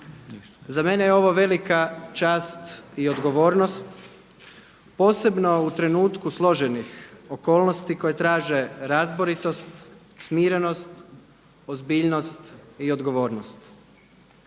Za mene je ovo velika čast i odgovornost posebno u trenutku složenih okolnosti koje traže razboritost, smirenost, ozbiljnost i odgovornost.